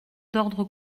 d’ordre